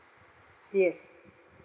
yes